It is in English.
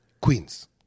Queens